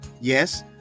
Yes